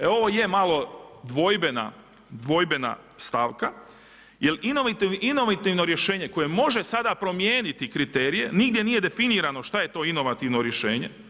E ovo je malo dvojbena stavka, jer inovativno rješenje koje može sada promijeniti kriterije nigdje nije definirano šta je to inovativno rješenje.